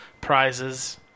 prizes